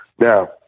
Now